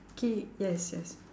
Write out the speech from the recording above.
ki~ yes yes